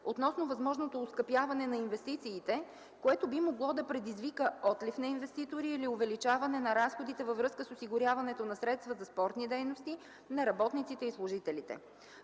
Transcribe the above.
относно възможното оскъпяване на инвестициите, което би могло да предизвика отлив на инвеститори или увеличаване на разходите във връзка с осигуряването на средства за спортна дейност на работниците и служителите.